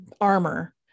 armor